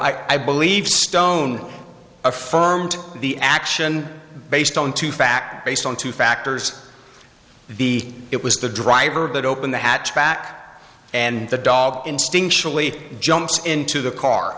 no i believe stone affirmed the action based on two fact based on two factors the it was the driver that opened the hatch back and the dog instinctually jumps into the car